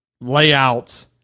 layout